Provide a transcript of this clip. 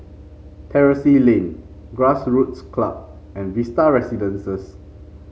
Terrasse Lane Grassroots Club and Vista Residences